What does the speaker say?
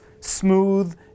smooth